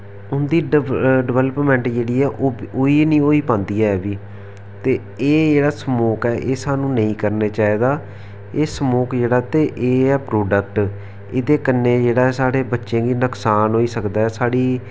उं'दी डेवलपमैंट जेह्ड़ी ऐ ओ ही नेईं होई पांदी ऐ फ्ही ते एह् जेह्ड़ा स्मोक ऐ एह् स्हानू नेईं करने चाहिदा एह् स्मोक जेह्ड़ा ते एह् ऐ प्रोडक्ट इ'दे कन्नै जेह्ड़ा साढ़े बच्चें गी नुक्सान होई सकदा ऐ साढ़ी